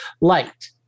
light